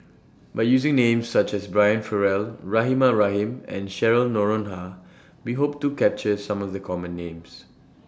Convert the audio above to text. By using Names such as Brian Farrell Rahimah Rahim and Cheryl Noronha We Hope to capture Some of The Common Names